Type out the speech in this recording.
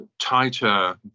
tighter